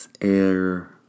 air